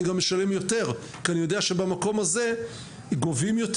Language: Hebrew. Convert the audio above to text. גם משלם יותר כי אני יודע שבמקום הזה גובים יותר.